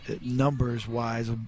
numbers-wise